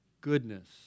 goodness